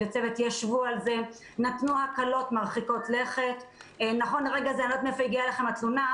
שזה נכון לכלל המגזרים.